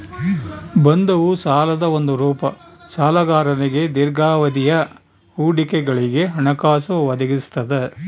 ಬಂಧವು ಸಾಲದ ಒಂದು ರೂಪ ಸಾಲಗಾರನಿಗೆ ದೀರ್ಘಾವಧಿಯ ಹೂಡಿಕೆಗಳಿಗೆ ಹಣಕಾಸು ಒದಗಿಸ್ತದ